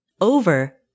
over